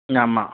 ம் ஆமாம்